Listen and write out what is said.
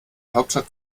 hauptstadt